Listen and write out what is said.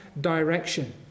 direction